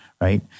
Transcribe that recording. right